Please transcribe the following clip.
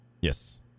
Yes